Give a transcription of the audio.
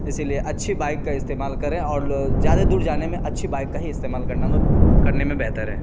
اسی لیے اچھی بائک کا استعمال کریں اور زیادہ دور جانے میں اچھی بائک کا ہی استعمال کرنا میں کرنے میں بہتر ہے